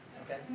okay